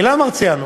אילן מרסיאנו